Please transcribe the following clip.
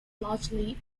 largely